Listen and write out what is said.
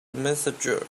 messenger